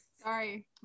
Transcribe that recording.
Sorry